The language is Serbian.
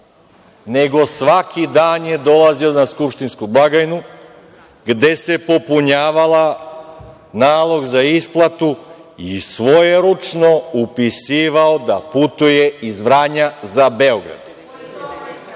nego svaki dan je dolazio na skupštinsku blagajnu gde se popunjavao nalog za isplatu i svojeručno upisivao da putuje iz Vranja za Beograd. Na